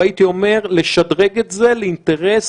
והייתי אומר לשדרג את זה לאינטרס